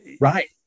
right